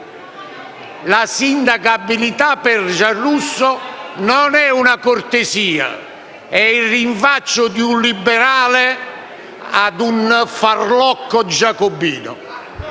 la sindacabilità per Giarrusso non è una cortesia, ma il rinfaccio di un liberale a un farlocco giacobino.